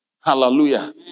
Hallelujah